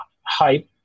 hype